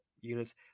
units